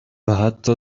حتی